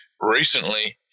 recently